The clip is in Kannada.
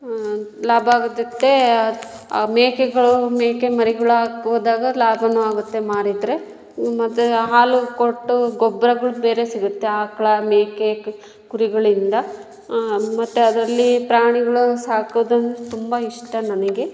ಲಾಭ ಆಗೋದಕ್ಕೆ ಮೇಕೆಗಳು ಮೇಕೆ ಮರಿಗಳಾಕ್ಹೋದಾಗ ಲಾಭವೂ ಆಗುತ್ತೆ ಮಾರಿದರೆ ಮತ್ತೆ ಹಾಲು ಕೊಟ್ಟು ಗೊಬ್ರಗಳು ಬೇರೆ ಸಿಗುತ್ತೆ ಆಕಳ ಮೇಕೆ ಕ್ ಕುರಿಗಳಿಂದ ಮತ್ತೆ ಅದರಲ್ಲಿ ಪ್ರಾಣಿಗ್ಳು ಸಾಕೋದು ತುಂಬ ಇಷ್ಟ ನನಗೆ